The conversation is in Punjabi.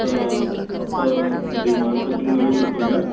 ਤਾਂ ਆਪਾਂ ਅਜੇ ਮਾਨਸਾ 'ਚ ਨਵੇਂ ਸ਼ਿਫਟ ਹੋਏ ਹਾਂ